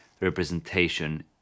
representation